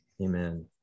Amen